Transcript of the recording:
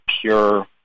pure